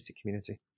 community